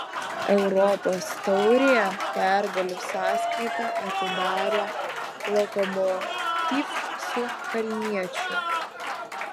europos taurėje pergalių sąskaitą atidarė lokomotiv su kalniečiu